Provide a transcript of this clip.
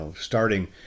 starting